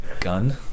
Gun